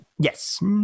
Yes